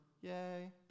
yay